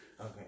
Okay